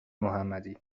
محمدی